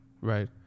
Right